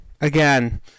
again